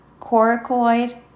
coracoid